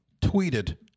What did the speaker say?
tweeted